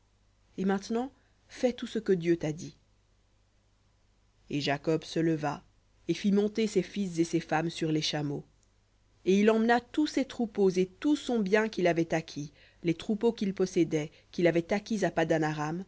et maintenant fais tout ce que dieu t'a dit v ou et jacob se leva et fit monter ses fils et ses femmes sur les chameaux et il emmena tous ses troupeaux et tout son bien qu'il avait acquis les troupeaux qu'il possédait qu'il avait acquis à